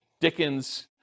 Dickens